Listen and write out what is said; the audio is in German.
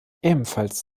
ebenfalls